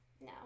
No